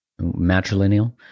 matrilineal